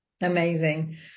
amazing